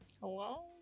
Hello